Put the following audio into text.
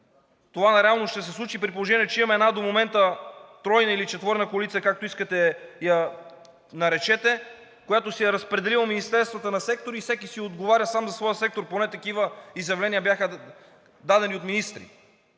това реално ще се случи, при положение че имаме една до момента тройна или четворна коалиция, както искате я наречете, която си е разпределила министерствата на сектори и всеки си отговаря сам за своя сектор. Поне такива изявления бяха дадени от министри.